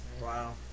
Wow